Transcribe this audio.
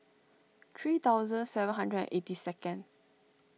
three thousand seven hundred and eighty second